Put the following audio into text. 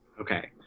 Okay